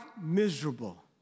miserable